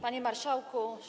Panie Marszałku!